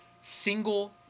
single